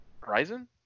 Horizon